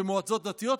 במועצות דתיות,